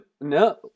No